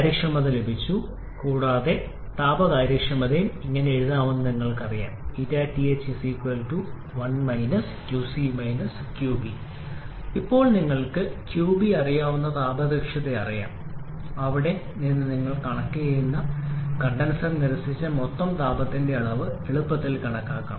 കാര്യക്ഷമത ലഭിച്ചു കൂടാതെ താപ കാര്യക്ഷമതയും ഇങ്ങനെ എഴുതാമെന്ന് നിങ്ങൾക്കറിയാം 𝜂𝑡ℎ 1 𝑞𝐶 𝑞𝐵 ഇപ്പോൾ നിങ്ങൾക്ക് qB അറിയാവുന്ന താപ ദക്ഷത അറിയാം അവിടെ നിന്ന് നിങ്ങൾക്ക് കണ്ടൻസറിൽ നിരസിച്ച മൊത്തം താപത്തിന്റെ അളവ് എളുപ്പത്തിൽ കണക്കാക്കാം